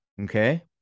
Okay